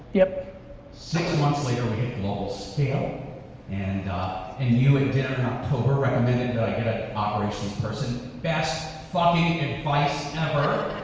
yeah six months later we hit the local scale and and you at dinner in october recommended that i get an operations person. best fucking advice ever.